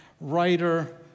writer